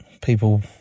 People